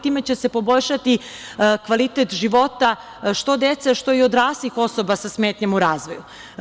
Time će se poboljšati kvalitet života što dece, što odraslih osoba sa smetnjama u razvoju.